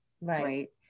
right